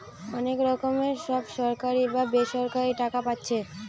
অনেক রকমের যে সব সরকারি বা বেসরকারি টাকা পাচ্ছে